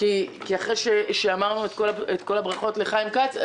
אחרי שאמרנו את כל הברכות לחיים כץ.